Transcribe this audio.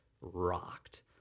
rocked